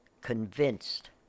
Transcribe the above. convinced